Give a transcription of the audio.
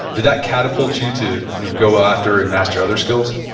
did that catapult you to go after and master other skills?